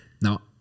now